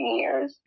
years